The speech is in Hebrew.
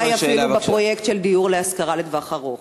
אולי אפילו בפרויקט של דיור להשכרה לטווח ארוך.